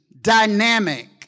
dynamic